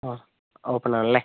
ആ ഓപ്പൺ ആണല്ലേ